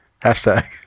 Hashtag